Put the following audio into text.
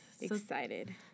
Excited